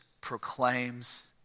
proclaims